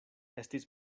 estis